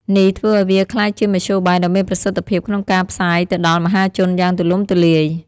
នេះធ្វើឱ្យវាក្លាយជាមធ្យោបាយដ៏មានប្រសិទ្ធភាពក្នុងការផ្សាយទៅដល់មហាជនយ៉ាងទូលំទូលាយ។